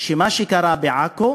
שמה שקרה בעכו